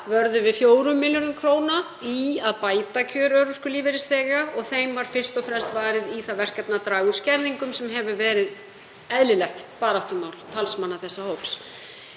vörðum við 4 milljörðum kr. í að bæta kjör örorkulífeyrisþega og þeim var fyrst og fremst varið í það verkefni að draga úr skerðingum sem hefur verið eðlilegt baráttumál talsmanna þessa hóps.